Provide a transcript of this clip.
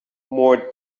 more